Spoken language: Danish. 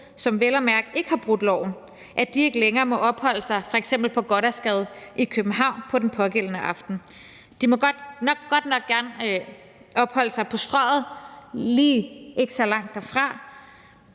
som vel at mærke ikke har brudt loven, at de ikke længere må opholde sig f.eks. i Gothersgade i København den pågældende aften? De må godt nok gerne opholde sig på Strøget ikke så langt derfra,